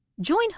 Join